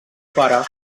pare